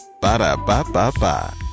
Ba-da-ba-ba-ba